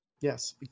Yes